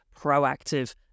proactive